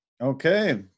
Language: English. Okay